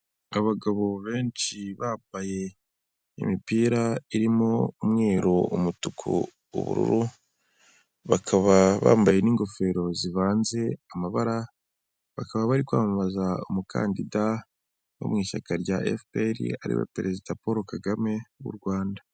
Abagabo benshi bambaye imipira irimo umweru, umutuku, ubururu, bakaba bambaye n'ingofero zivanze amabara, bakaba bari kwamamaza umukandida wo mu ishyaka rya FPR ari we perezida Paul Kagame w'u Rwanda.